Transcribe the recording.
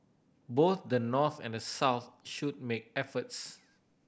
both the North and the South should make efforts